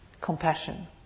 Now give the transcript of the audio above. compassion